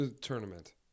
tournament